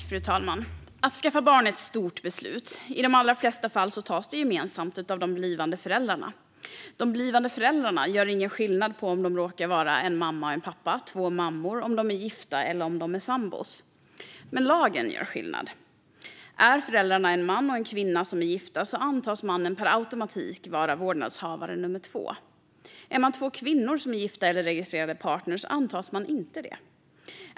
Fru talman! Att skaffa barn är ett stort beslut. I de allra flesta fall tas det gemensamt av de blivande föräldrarna. De blivande föräldrarna gör ingen skillnad på om de råkar vara en mamma och en pappa eller två mammor eller på om de är gifta eller om de är sambor. Men lagen gör skillnad. Är föräldrarna en man och en kvinna som är gifta antas mannen per automatik vara vårdnadshavare nummer två. Är man två kvinnor som är gifta eller registrerade partner antas man inte vara det.